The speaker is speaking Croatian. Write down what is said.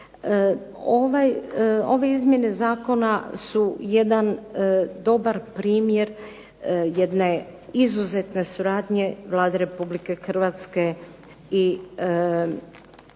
Ove izmjene zakona su jedan dobar primjer jedne izuzetne suradnje Vlade Republike Hrvatske i udruga